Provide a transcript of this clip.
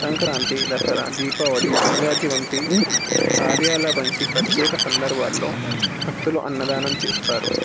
సంక్రాంతి దసరా దీపావళి యుగాది వంటి కార్యాల వంటి ప్రత్యేక సందర్భాల్లో భక్తులు అన్నదానం చేస్తారు